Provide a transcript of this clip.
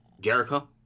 Jericho